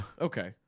okay